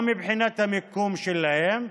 גם מבחינת המיקום שלהם.